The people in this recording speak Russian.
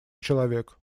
человек